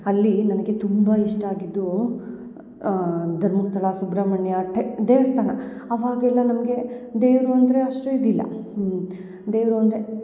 ಅಲ್ಲಿ ನನಗೆ ತುಂಬ ಇಷ್ಟ ಆಗಿದ್ದು ಧರ್ಮಸ್ಥಳ ಸುಬ್ರಹ್ಮಣ್ಯ ಟೇ ದೇವ್ಸ್ಥಾನ ಅವಾಗೆಲ್ಲ ನಮಗೆ ದೇವರು ಅಂದರೆ ಅಷ್ಟು ಇದಿಲ್ಲ ದೇವರು ಅಂದರೆ